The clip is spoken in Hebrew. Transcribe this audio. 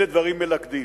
אלה דברים מלכדים,